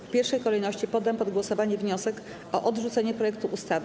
W pierwszej kolejności poddam pod głosowanie wniosek o odrzucenie projektu ustawy.